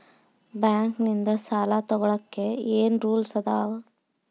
Bank ನಿಂದ್ ಸಾಲ ತೊಗೋಳಕ್ಕೆ ಏನ್ ರೂಲ್ಸ್ ಅದಾವ?